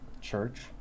Church